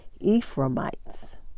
Ephraimites